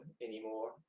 anymore